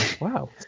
Wow